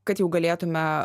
kad jau galėtume